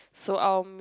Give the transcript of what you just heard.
so um